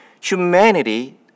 Humanity